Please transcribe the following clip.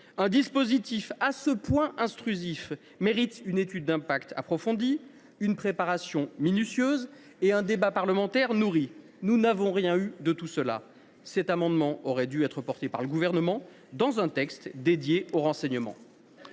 Un dispositif à ce point intrusif mériterait une étude d’impact approfondie, une préparation minutieuse et un débat parlementaire nourri. Très bien ! Nous n’avons rien eu de tout cela. Cet amendement aurait dû être défendu par le Gouvernement dans un texte consacré au renseignement.